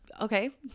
Okay